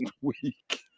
week